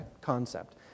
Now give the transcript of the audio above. concept